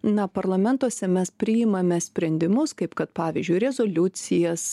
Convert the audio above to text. na parlamentuose mes priimame sprendimus kaip kad pavyzdžiui rezoliucijas